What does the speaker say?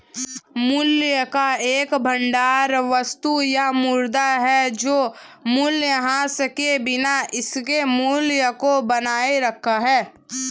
मूल्य का एक भंडार वस्तु या मुद्रा है जो मूल्यह्रास के बिना इसके मूल्य को बनाए रखता है